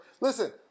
Listen